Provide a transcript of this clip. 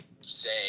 say